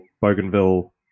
Bougainville